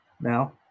now